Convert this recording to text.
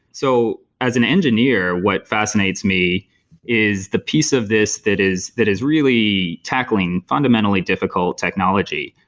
so as an engineer, what fascinates me is the piece of this that is that is really tackling fundamentally difficult technology.